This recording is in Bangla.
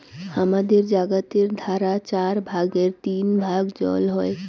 হামাদের জাগাতের ধারা চার ভাগের তিন ভাগ জল হই